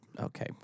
okay